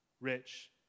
rich